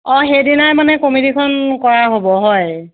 অঁ সেইদিনাই মানে কমিটিখন কৰা হ'ব হয়